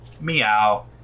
Meow